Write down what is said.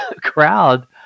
crowd